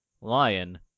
lion